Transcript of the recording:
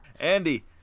Andy